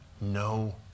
no